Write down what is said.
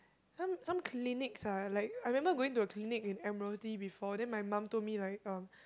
some some clinics ah like I remember going to a clinic in Admiralty before then my mum told me like um